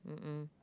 mmhmm